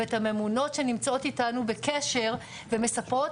ואת הממונות שנמצאות איתנו בקשר ומספרות